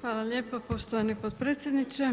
Hvala lijepo poštovani potpredsjedniče,